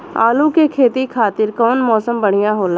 आलू के खेती खातिर कउन मौसम बढ़ियां होला?